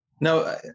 no